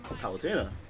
Palatina